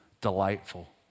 delightful